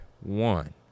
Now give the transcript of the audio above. one